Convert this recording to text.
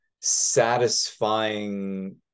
satisfying